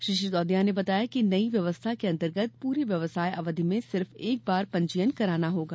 श्री सिसौदिया ने बताया कि नई व्यवस्था के अंतर्गत पूरे व्यवसाय अवधि में सिर्फ एक बार पंजीयन कराना होगा